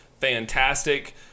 fantastic